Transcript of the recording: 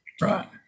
Right